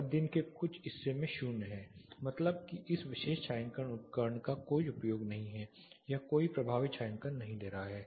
और दिन का कुछ हिस्सा 0 है मतलब कि इस विशेष छायांकन उपकरण का कोई उपयोग नहीं है या यह कोई प्रभावी छायांकन नहीं दे रहा है